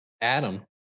Adam